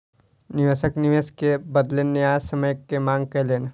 निवेशक निवेश के बदले न्यायसम्य के मांग कयलैन